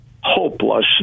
hopeless